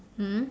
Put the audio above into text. mm